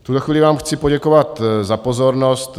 V tuto chvíli vám chci poděkovat za pozornost.